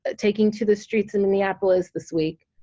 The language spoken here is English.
taking to the streets in minneapolis this week,